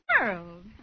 world